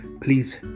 Please